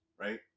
right